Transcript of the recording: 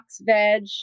veg